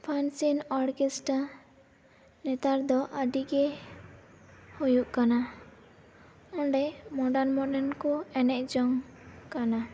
function orchestra ᱱᱮᱛᱟᱨ ᱫᱚ ᱟᱹᱰᱤ ᱜᱮ ᱦᱩᱭᱩᱜ ᱠᱟᱱᱟ ᱚᱸᱰᱮ ᱢᱳᱰᱟᱱ ᱢᱳᱰᱟᱱ ᱠᱚ ᱮᱱᱮᱡ ᱡᱚᱝ ᱠᱱᱱᱟ